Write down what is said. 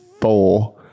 four